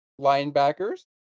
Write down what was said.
linebackers